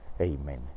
Amen